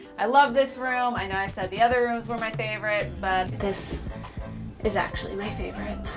i love this room, i know i said the other rooms were my favorite. but this is actually my favorite.